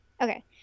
Okay